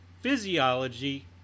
physiology